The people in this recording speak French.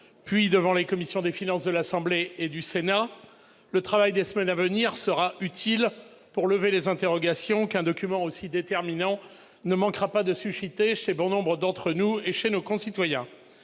puis devant les commissions des finances de l'Assemblée nationale et du Sénat. Le travail des semaines à venir sera utile pour lever les interrogations qu'un document aussi déterminant ne manquera pas de susciter chez bon nombre d'entre nous et chez nos concitoyens.